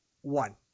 one